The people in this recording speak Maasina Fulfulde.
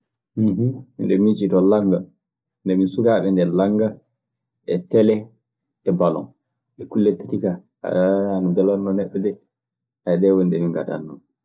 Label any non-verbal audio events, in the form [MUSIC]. [HESITATION] miɗe miccitoo langa. Nde min sukaaɓe ndee langa e tele e baloŋ, ɗee kulle tati kaa aah ana mbelannoo neɗɗo dee. [HESITATION] ɗee woni ɗe min ngaɗannoo.